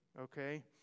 okay